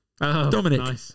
Dominic